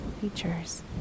features